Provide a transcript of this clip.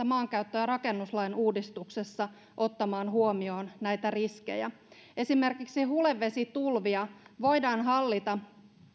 maankäyttö ja rakennuslain uudistuksessa ottamaan huomioon näitä riskejä esimerkiksi hulevesitulvia voidaan hallita